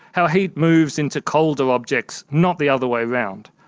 how heat moves into colder objects, not the other way around.